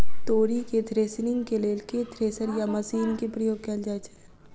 तोरी केँ थ्रेसरिंग केँ लेल केँ थ्रेसर या मशीन केँ प्रयोग कैल जाएँ छैय?